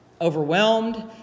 overwhelmed